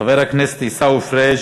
חבר הכנסת עיסאווי פריג'